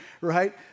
right